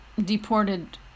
deported